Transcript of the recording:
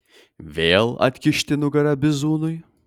vėl atkišti nugarą bizūnui